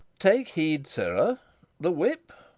take heed, sirrah the whip.